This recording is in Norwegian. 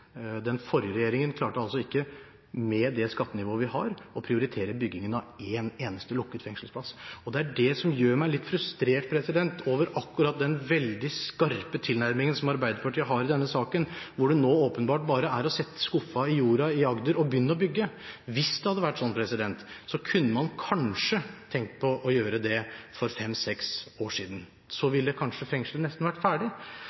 Den forrige regjeringen klarte altså ikke med det skattenivået vi har, å prioritere byggingen av en eneste lukket fengselsplass. Det er det som gjør meg litt frustrert over akkurat den veldig skarpe tilnærmingen som Arbeiderpartiet har i denne saken, hvor det nå åpenbart bare er å sette skuffa i jorda i Agder og begynne å bygge. Hvis det hadde vært sånn, kunne man kanskje ha tenkt på å gjøre det for fem–seks år siden, så ville kanskje fengslet nesten vært ferdig.